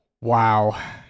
Wow